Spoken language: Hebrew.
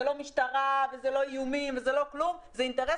זה לא משטרה ולא איומים ולא כלום זה האינטרס